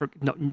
No